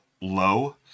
low